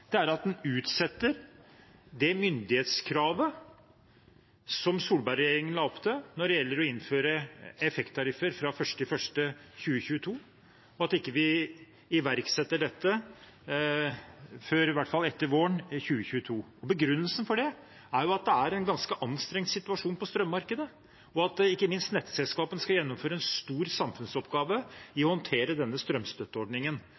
er at en utsetter det myndighetskravet som Solberg-regjeringen la opp til når det gjelder å innføre effekttariffer fra 1. januar 2022, og at vi ikke iverksetter dette før i hvert fall etter våren 2022. Begrunnelsen for det er at det er en ganske anstrengt situasjon på strømmarkedet, og at ikke minst nettselskapene skal gjennomføre en stor samfunnsoppgave i å håndtere denne strømstøtteordningen.